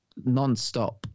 nonstop